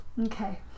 Okay